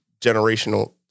generational